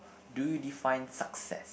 do you define success